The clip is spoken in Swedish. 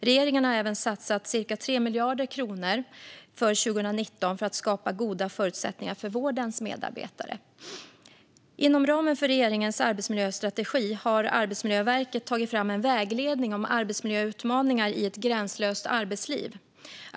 Regeringen har även satsat ca 3 miljarder kronor för 2019 för att skapa goda förutsättningar för vårdens medarbetare. Inom ramen för regeringens arbetsmiljöstrategi har Arbetsmiljöverket tagit fram en vägledning om arbetsmiljöutmaningar i ett gränslöst arbetsliv.